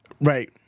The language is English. Right